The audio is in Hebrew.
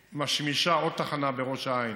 משמישה עוד תחנה בראש העין